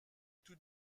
tout